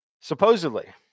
Supposedly